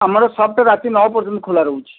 ଆମର ସପ୍ଟା ରାତି ନଅ ପର୍ଯ୍ୟନ୍ତ ଖୋଲା ରହୁଛି